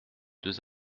deux